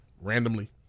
randomly